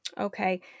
Okay